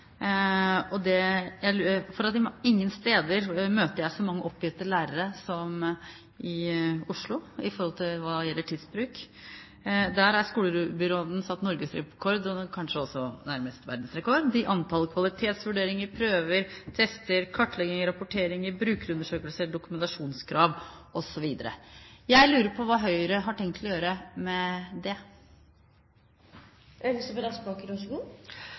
Ingen steder møter jeg så mange oppgitte lærere som i Oslo hva gjelder tidsbruk. Der har skolebyråden satt norgesrekord, og kanskje også nærmest verdensrekord, i antall kvalitetsvurderinger, prøver, tester, kartlegginger, rapporteringer, brukerundersøkelser, dokumentasjonskrav osv. Jeg lurer på hva Høyre har tenkt å gjøre med det.